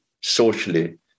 socially